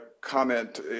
comment